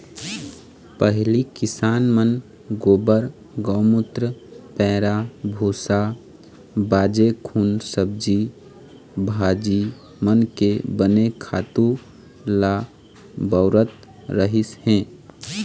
पहिली किसान मन गोबर, गउमूत्र, पैरा भूसा, बाचे खूचे सब्जी भाजी मन के बने खातू ल बउरत रहिस हे